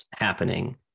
happening